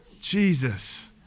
Jesus